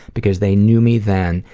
because they knew me then,